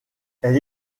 elle